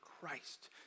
Christ